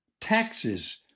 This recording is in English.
taxes